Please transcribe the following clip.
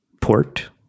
port